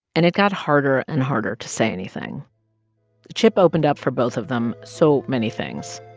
and it got harder and harder to say anything. the chip opened up for both of them so many things.